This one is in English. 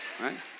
Right